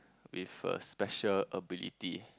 with a special ability